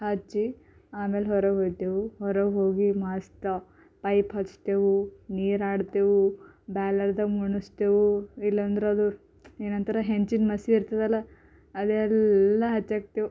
ಹಚ್ಚಿ ಆಮೇಲೆ ಹೊರಗೆ ಹೋಗ್ತೇವೆ ಹೊರಗೆ ಹೋಗಿ ಮಸ್ತ ಪೈಪ್ ಹಚ್ತೇವೆ ನೀರು ಆಡ್ತೇವೆ ಬ್ಯಾಲೆಲ್ದಾಗ ಮುಳುಸ್ತೇವೆ ಇಲ್ಲಾಂದ್ರೆ ಅದು ಏನಂತಾರೆ ಹೆಂಚಿನ ಮಸಿ ಇರ್ತದೆಲ್ಲ ಅದೆಲ್ಲ ಹಚ್ಚಾಕ್ತೇವೆ